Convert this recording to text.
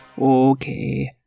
Okay